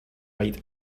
right